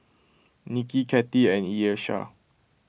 Nicki Kathie and Iesha